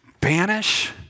Banish